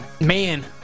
Man